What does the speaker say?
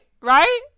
Right